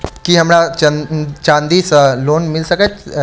की हमरा चांदी सअ लोन मिल सकैत मे?